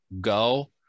go